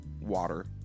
water